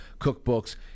cookbooks